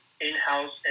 in-house